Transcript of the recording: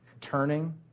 Turning